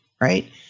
Right